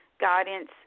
guidance